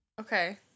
Okay